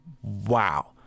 wow